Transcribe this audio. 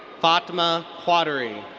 fatima qaderi.